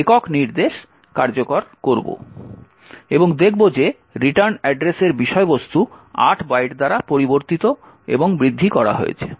এবং দেখব যে রিটার্ন অ্যাড্রেসের বিষয়বস্তু 8 বাইট দ্বারা পরিবর্তিত এবং বৃদ্ধি করা হয়েছে